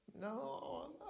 No